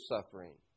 suffering